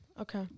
Okay